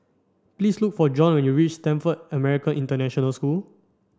please look for Jon when you reach Stamford American International School